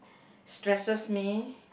stresses me